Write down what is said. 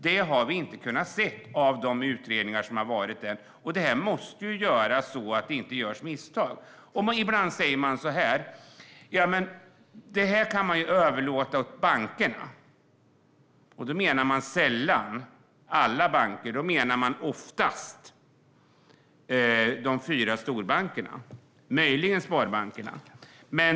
Det har vi inte kunnat se i de utredningar som har varit hittills, och detta måste ju göras, så att det inte görs misstag. Ibland säger man att detta kan överlåtas åt bankerna. Då menar man sällan alla banker, utan man menar de fyra storbankerna och möjligen sparbankerna.